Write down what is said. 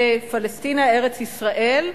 בפלשתינה-ארץ-ישראל,